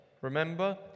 remember